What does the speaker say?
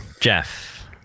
Jeff